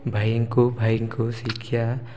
ଭାଇଙ୍କୁ ଭାଇଙ୍କୁ ଶିକ୍ଷା